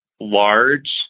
large